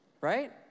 Right